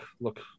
look